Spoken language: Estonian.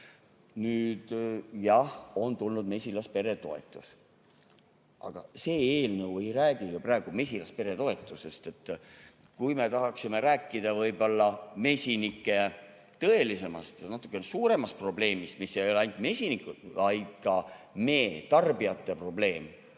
Nüüd jah, on tulnud mesilasperetoetus. Aga see eelnõu ei räägi ju mesilasperetoetusest. Me tahaksime rääkida mesinike tõelisemast ja natuke suuremast probleemist, mis ei ole ainult mesinike, vaid ka mee tarbijate probleem.